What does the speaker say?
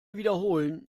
wiederholen